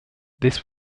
this